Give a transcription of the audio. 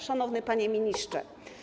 Szanowny Panie Ministrze!